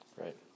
Right